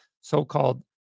so-called